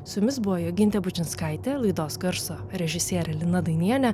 su jumis buvo jogintė bučinskaitė laidos garso režisierė lina dainienė